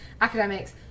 academics